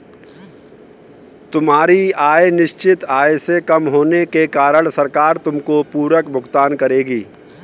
तुम्हारी आय निश्चित आय से कम होने के कारण सरकार तुमको पूरक भुगतान करेगी